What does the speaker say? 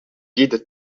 guide